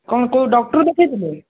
କ'ଣ କେଉଁ ଡକ୍ଟର୍ ଦେଖାଇଥିଲେ